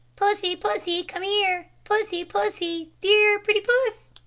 pussy, pussy, come here. pussy, pussy, dear, pretty puss.